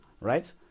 right